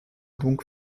donc